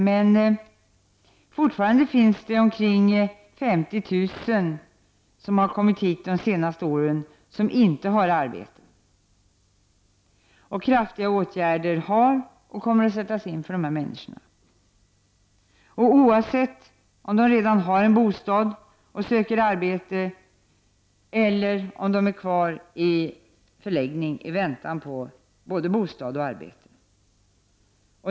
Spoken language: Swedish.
Men fortfarande finns omkring 50 000 flyktingar som kommit hit de senaste åren och som inte har arbete. Kraftiga åtgärder har satts in och kommer att sättas in för dessa människor — oavsett om de redan har en bostad och söker arbete eller om de är kvar i förläggningen i väntan på bostad och arbete.